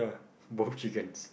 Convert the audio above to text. both chickens